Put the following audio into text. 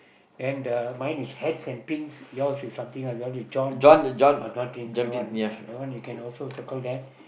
then the mine is hats and pins yours is something else yours is John oh John Pin oh that one you can also circle that